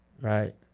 right